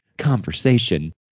Conversation